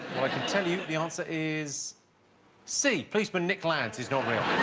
or i can tell you the answer is c policeman nick lads is not real